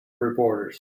reporters